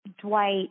Dwight